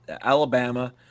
Alabama